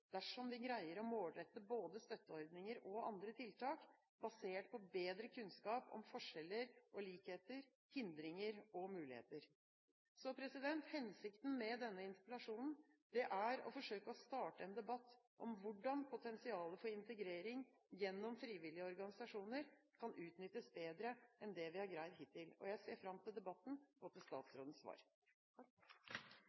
dersom vi greier å målrette både støtteordninger og andre tiltak, basert på bedre kunnskap om forskjeller og likheter, hindringer og muligheter. Hensikten med denne interpellasjonen er å forsøke å starte en debatt om hvordan potensialet for integrering gjennom frivillige organisasjoner kan utnyttes bedre enn det vi har greid hittil. Jeg ser fram til debatten og til